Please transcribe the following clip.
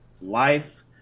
life